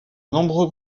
nombreux